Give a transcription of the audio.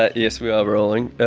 ah yes, we are rolling.